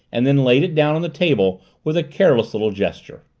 and then laid it down on the table with a careless little gesture.